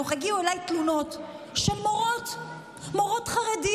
הגיעו אליי תלונות של מורות חרדיות.